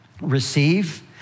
Receive